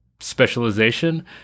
specialization